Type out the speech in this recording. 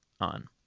on